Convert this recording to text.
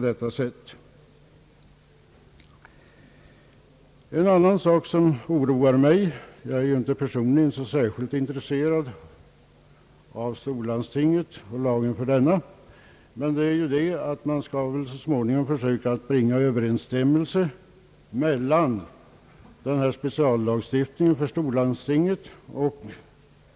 Det är en annan sak som oroar mig. Jag är inte personligen så särskilt intresserad av storlandstinget och lagen för detta, men man skall väl så småningom söka bringa överensstämmelse mellan denna speciallagstiftning för storlandstinget och